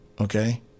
Okay